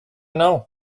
know